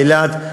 לאילת,